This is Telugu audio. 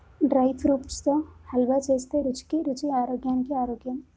డ్రై ఫ్రూప్ట్స్ తో హల్వా చేస్తే రుచికి రుచి ఆరోగ్యానికి ఆరోగ్యం